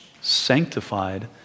sanctified